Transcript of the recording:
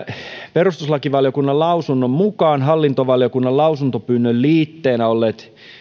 perustuslakivaliokunnan lausunnon mukaan hallintovaliokunnan lausuntopyynnön liitteenä olleet